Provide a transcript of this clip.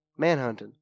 Manhunting